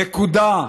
נקודה.